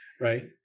right